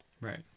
Right